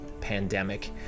pandemic